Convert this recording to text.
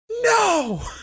no